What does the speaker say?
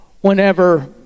whenever